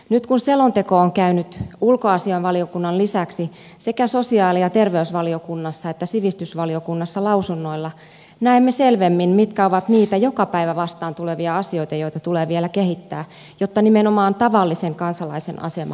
nyt kun selonteko on käynyt ulkoasiainvaliokunnan lisäksi sekä sosiaali ja terveysvaliokunnassa että sivistysvaliokunnassa lausunnoilla näemme selvemmin mitkä ovat niitä joka päivä vastaan tulevia asioita joita tulee vielä kehittää jotta nimenomaan tavallisen kansalaisen asema paranisi